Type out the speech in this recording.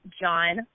John